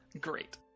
Great